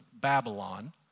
Babylon